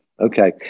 Okay